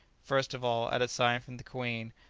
first of all, at a sign from the queen,